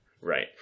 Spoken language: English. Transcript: right